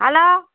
hello